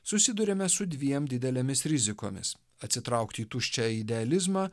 susiduriame su dviem didelėmis rizikomis atsitraukti į tuščią idealizmą